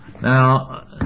Now